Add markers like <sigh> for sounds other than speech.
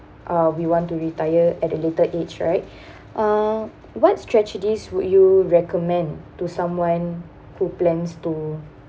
uh we want to retire at a later age right <breath> uh what srategies would you recommend to someone who plans to